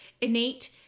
innate